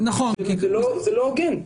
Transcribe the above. כי זה לא הוגן.